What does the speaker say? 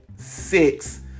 Six